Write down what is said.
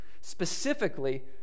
specifically